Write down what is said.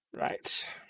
Right